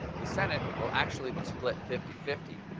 the senate will actually be split fifty fifty,